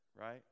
right